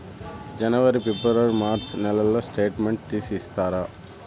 జనవరి, ఫిబ్రవరి, మార్చ్ నెలల స్టేట్మెంట్ తీసి ఇస్తారా?